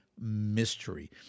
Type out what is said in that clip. mystery